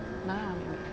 mahal dengan big mac